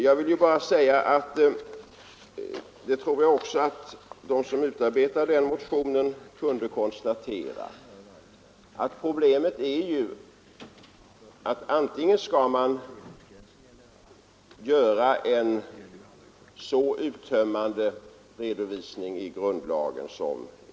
Problemet är ju — det tror jag också att de som utarbetade motionen kunde konstatera — att undvika en alltför uttömmande redovisning i grundlagen.